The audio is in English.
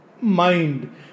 mind